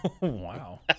Wow